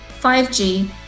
5G